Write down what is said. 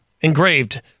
engraved